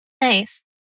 Nice